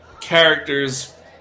characters